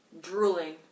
Drooling